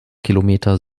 kilometer